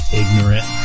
ignorant